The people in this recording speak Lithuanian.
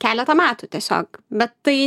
keletą metų tiesiog bet tai